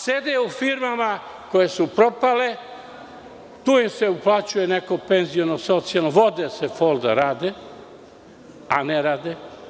Sede u firmama koje su propale, tu im se uplaćuje neko penziono, socijalno, vode se fol da rade, a ne rade.